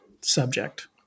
subject